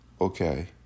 Okay